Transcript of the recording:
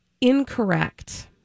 incorrect